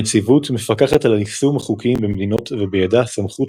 הנציבות מפקחת על יישום החוקים במדינות ובידה הסמכות